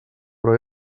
però